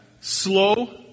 Slow